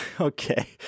Okay